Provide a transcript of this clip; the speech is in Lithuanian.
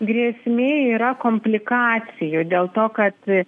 grėsmė yra komplikacijų dėl to kad